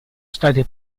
state